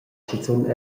schizun